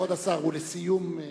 כבוד השר, ולסיום.